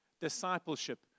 Discipleship